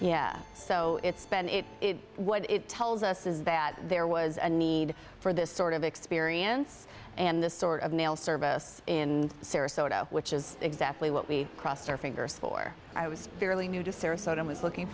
yeah so it's bennett what it tells us is that there was a need for this sort of experience and this sort of nail service in sarasota which is exactly what we crossed our fingers for i was fairly new to sarasota i was looking